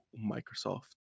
Microsoft